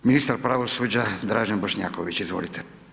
ministar pravosuđa Dražen Bošnjaković, izvolite.